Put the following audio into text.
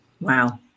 Wow